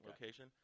location